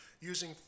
using